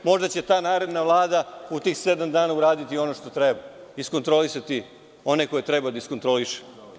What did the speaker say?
Možda će ta naredna vlada u tih sedam dana uraditi ono što treba, iskontrolisati one koje treba da iskontroliše.